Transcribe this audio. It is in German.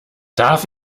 darf